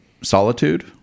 solitude